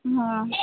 हं